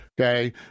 okay